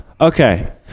okay